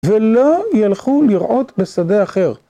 ולא ילכו לרעות בשדה אחר.